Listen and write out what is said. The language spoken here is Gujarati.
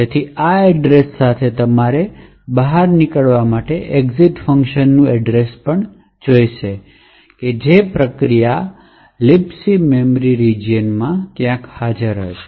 તેથી આ એડ્રેશ સાથે તમારે બહાર નીકળવા માટે એક્ઝિટ ફંક્શનનું અડ્રેશ પણ જોઈશે જે પ્રક્રિયા libc મેમરી રિજિયનમાં ક્યાંક હાજર હશે